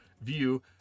view